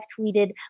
tweeted